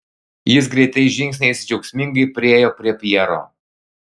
jis greitais žingsniais džiaugsmingai priėjo prie pjero